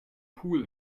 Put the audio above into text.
pool